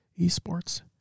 esports